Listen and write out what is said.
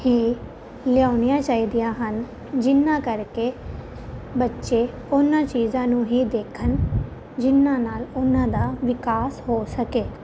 ਹੀ ਲਿਆਉਣੀਆਂ ਚਾਹੀਦੀਆਂ ਹਨ ਜਿਨ੍ਹਾਂ ਕਰਕੇ ਬੱਚੇ ਉਹਨਾਂ ਚੀਜ਼ਾਂ ਨੂੰ ਹੀ ਦੇਖਣ ਜਿਨ੍ਹਾਂ ਨਾਲ ਉਹਨਾਂ ਦਾ ਵਿਕਾਸ ਹੋ ਸਕੇ